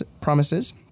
promises